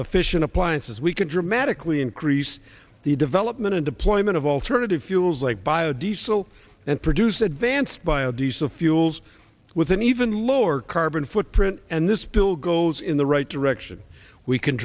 efficient appliances we can dramatically increase the development and deployment of alternative fuels like bio diesel and produce advanced bio diesel fuel with an even lower carbon footprint and this bill goes in the right direction we can